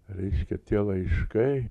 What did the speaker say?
reiškia tie laiškai